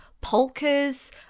polkas